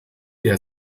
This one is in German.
der